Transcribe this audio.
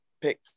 pick